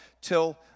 till